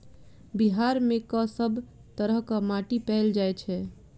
बिहार मे कऽ सब तरहक माटि पैल जाय छै?